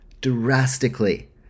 drastically